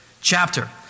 chapter